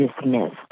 dismissed